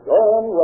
John